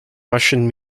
russian